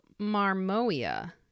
marmoia